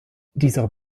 dieser